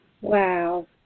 Wow